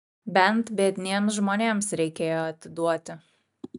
bent biedniems žmonėms reikėjo atiduoti